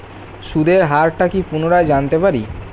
সুদের হার টা কি পুনরায় জানতে পারি?